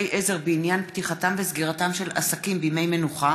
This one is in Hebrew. עזר בעניין פתיחתם וסגירתם של עסקים בימי מנוחה),